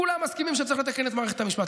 כולם מסכימים שצריך לתקן את מערכת המשפט.